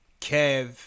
Kev